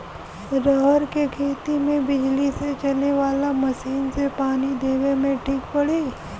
रहर के खेती मे बिजली से चले वाला मसीन से पानी देवे मे ठीक पड़ी?